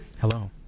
hello